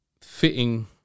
fitting